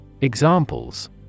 Examples